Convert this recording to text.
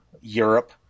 Europe